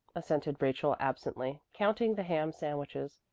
assented rachel absently, counting the ham sandwiches.